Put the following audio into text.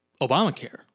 Obamacare